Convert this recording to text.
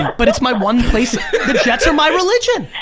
but it's my one place, the jets are my religion.